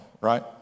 right